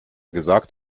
gesagt